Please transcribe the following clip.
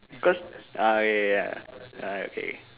cause !aiya! ah okay